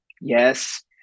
Yes